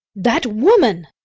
that woman!